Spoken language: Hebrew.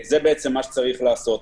זה מה שצריך לעשות.